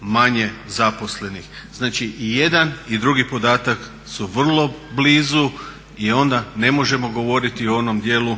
manje zaposlenih. Znači i jedan i drugi podatak su vrlo blizu i onda ne možemo govoriti o onom dijelu